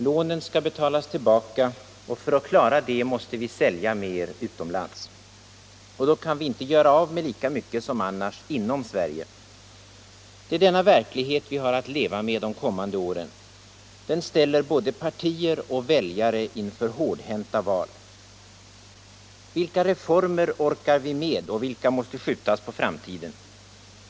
Lånen skall betalas tillbaka, och för att klara det måste vi sälja mer utomlands. Då kan vi inte göra av med lika mycket som annars inom Sverige. Det är denna verklighet vi har att leva med de kommande åren. Den ställer både partier och väljare inför hårdhänta val. Vilka reformer orkar vi med, och vilka måste skjutas på framtiden?